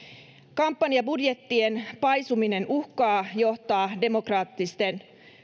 kampanjabudjettien paisuminen uhkaa johtaa demokraattisen